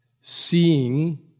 seeing